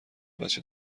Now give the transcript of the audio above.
بچه